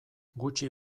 gutxi